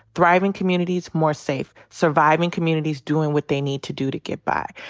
thriving communities, more safe. surviving communities, doing what they need to do to get by.